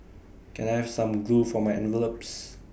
can I have some glue for my envelopes